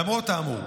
למרות האמור,